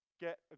get